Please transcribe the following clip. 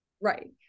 Right